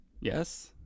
yes